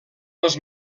els